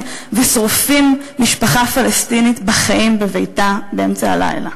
ושורפים משפחה פלסטינית בחיים בביתה באמצע הלילה.